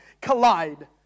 collide